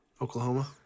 Oklahoma